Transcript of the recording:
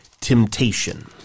temptation